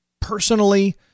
personally